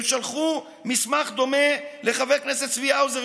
הם שלחו מסמך דומה לחבר כנסת צבי האוזר,